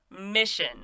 mission